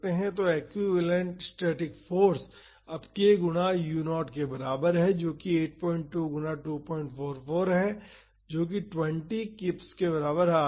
तो equivalent static force अब k गुना u 0 के बराबर है जो कि 82 गुना 244 है जो कि 20 kips के बराबर आ रहा है